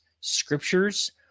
scriptures